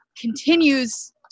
continues